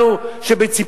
ולא חוקי.